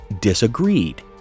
disagreed